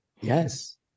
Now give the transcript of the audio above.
Yes